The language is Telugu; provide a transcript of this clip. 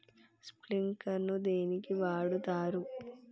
స్ప్రింక్లర్ ను దేనికి వాడుతరు?